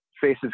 faces